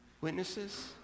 witnesses